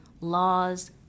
laws